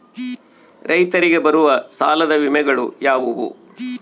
ರೈತರಿಗೆ ಬರುವ ಸಾಲದ ವಿಮೆಗಳು ಯಾವುವು?